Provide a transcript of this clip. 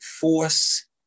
force